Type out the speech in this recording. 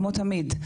כמו תמיד,